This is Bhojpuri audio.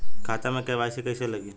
खाता में के.वाइ.सी कइसे लगी?